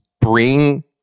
bring